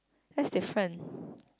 that's different